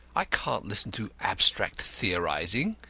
i can't listen to abstract theorising,